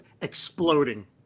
exploding